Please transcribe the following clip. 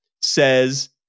says